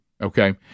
okay